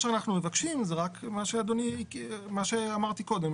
אנחנו מבקשים מה שאמרתי קודם,